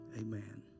amen